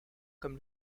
comme